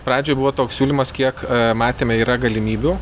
pradžioj buvo toks siūlymas kiek matėme yra galimybių